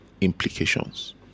implications